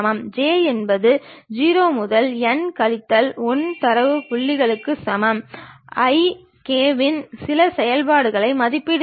அதைப் போலவே ப்ரொபைல் தளத்தை 90 டிகிரி சுற்றி அந்தப் பொருளின் பக்கவாட்டு தோற்றத்தை பெறலாம்